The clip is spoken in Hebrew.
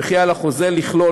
וכי על החוזה לכלול,